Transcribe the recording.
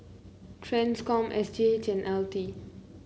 Transcom S G H and L T